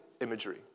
imagery